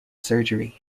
surgery